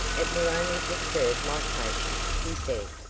it will only disturb my patient, he said,